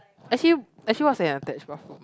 actually actually what's an attached bathroom